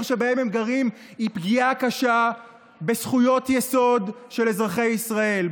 שבה הם גרים היא פגיעה קשה בזכויות יסוד של אזרחי ישראל,